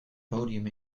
podium